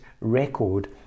record